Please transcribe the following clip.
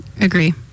Agree